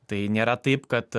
tai nėra taip kad